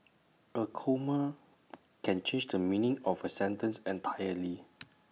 A comma can change the meaning of A sentence entirely